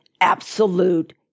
absolute